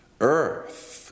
earth